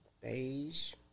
beige